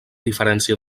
diferència